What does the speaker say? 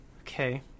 Okay